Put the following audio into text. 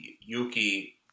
Yuki